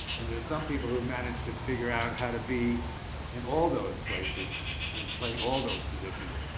and there are some people who manage to figure out how to be in all those places and play all those positions.